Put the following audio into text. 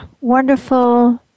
wonderful